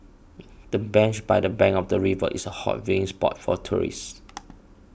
the bench by the bank of the river is a hot viewing spot for tourists